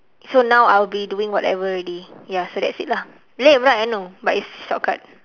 so now I'll be doing whatever already ya so that's it lah lame right I know but it's shortcut